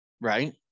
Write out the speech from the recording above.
Right